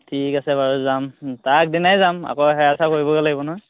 ঠিক আছে বাৰু যাম তাৰ আগদিনাই যাম আকৌ সেৱা চেৱা কৰিবগৈ লাগিব নহয়